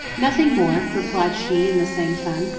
nothing more, replied she in the same tongue.